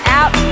out